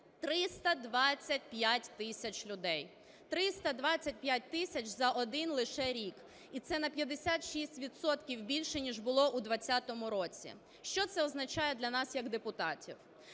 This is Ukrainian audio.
325 тисяч людей, 325 тисяч за один лише рік. І це на 56 відсотків більше, ніж було у 2020 році. Що це означає для нас як депутатів?